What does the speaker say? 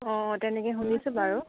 অঁ তেনেকে শুনিছোঁ বাৰু